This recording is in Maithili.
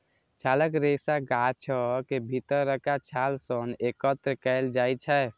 छालक रेशा गाछक भीतरका छाल सं एकत्र कैल जाइ छै